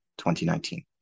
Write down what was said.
2019